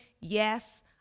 Yes